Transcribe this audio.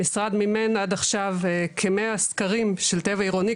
המשרד מימן עד עכשיו כ- 100 סקרים של טבע עירוני,